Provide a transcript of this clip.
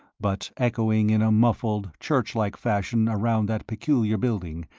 but echoing in a muffled, church-like fashion around that peculiar building,